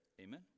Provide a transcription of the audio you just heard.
amen